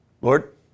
Lord